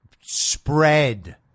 spread